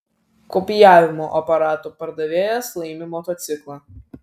kopijavimo aparatų pardavėjas laimi motociklą